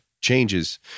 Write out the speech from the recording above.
changes